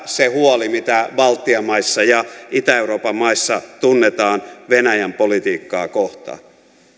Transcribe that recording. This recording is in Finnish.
se huoli mitä baltian maissa ja itä euroopan maissa tunnetaan venäjän politiikkaa kohtaan